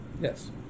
Yes